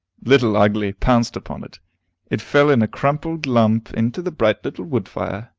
little ugly pounced upon it it fell in a crumpled lump into the bright little wood fire,